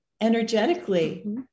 Energetically